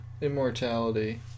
immortality